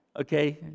Okay